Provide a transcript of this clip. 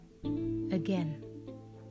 again